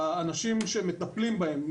לאנשים שמטפלים בהם,